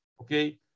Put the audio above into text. okay